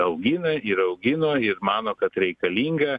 augina ir augino ir mano kad reikalinga